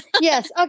yes